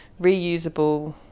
reusable